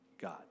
God